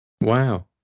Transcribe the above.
Wow